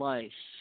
Life